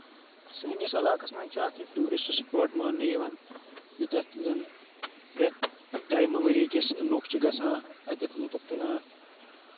سٲنِس علاقس منٛز چھِ اکھ یہِ ٹیورسٹہٕ سپاٹ ماننہٕ یِوان یوٗتاہ زن پرٛؠتھ ٹایمہٕ ؤری کِس لُکھ چھِ گژھان اَتؠتھ لُطُف تُلان